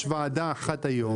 יש ועדה אחת היום,